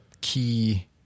key